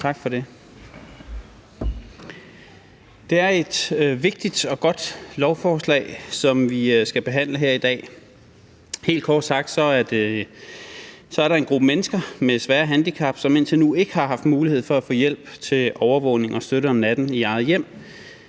Tak for det. Det er et vigtigt og godt lovforslag, som vi skal behandle her i dag. Kort sagt er der en gruppe mennesker med svære handicap, som indtil nu ikke har haft mulighed for at få hjælp til overvågning og støtte om natten i eget hjem,